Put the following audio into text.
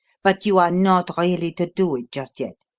but you are not really to do it just yet,